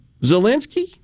Zelensky